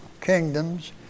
kingdoms